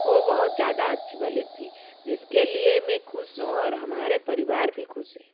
वो बहुत ज़्यादा अच्छे वाली थी जिसके लिए मैं खुश हूँ और हमारे परिवार भी खुश है